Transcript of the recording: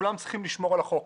כולם צריכים לשמור על החוק.